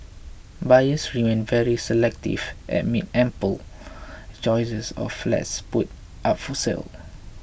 buyers remain very selective amid ample choices of flats put up for sale